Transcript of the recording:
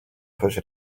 push